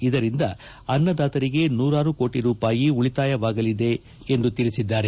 ಇದರಿಂದ ಅನ್ನದಾತರಿಗೆ ನೂರಾರು ಕೋಟಿ ರೂಪಾಯಿ ಉಳಿತಾಯವಾಗಲಿದೆ ಎಂದು ತಿಳಿಸಿದ್ದಾರೆ